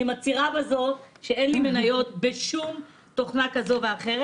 אני מצהירה בזאת שאין לי מניות בשום תוכנה כזאת או אחרת,